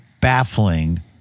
baffling